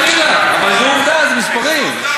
וחלילה, אבל יש מספרים.